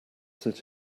sit